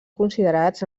considerats